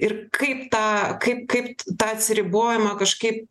ir kaip tą kaip kaip tą atsiribojimą kažkaip